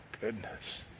goodness